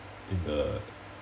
in the